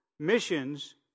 Missions